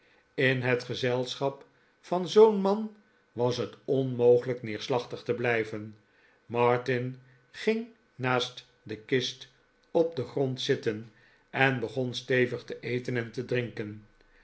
in het gezelschap van zoo'n man was het onmogelijk neerslachtig te blijven martin ging naast de kist op den grond zitten en begon stevig te eten en te drinken